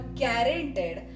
guaranteed